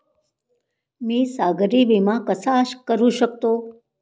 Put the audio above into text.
मी सागरी विमा कसा करू शकतो?